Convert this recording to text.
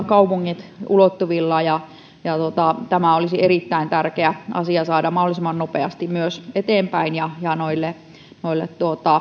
kaupungit ulottuvilla tämä olisi erittäin tärkeä asia saada mahdollisimman nopeasti myös eteenpäin ja ja noille noille